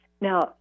Now